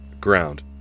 ground